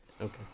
Okay